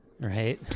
Right